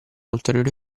ulteriore